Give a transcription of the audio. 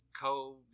COVID